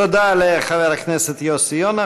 תודה לחבר הכנסת יוסי יונה.